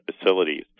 facilities